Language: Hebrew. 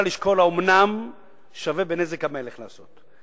לשקול האומנם שווה בנזק המלך לעשות זאת.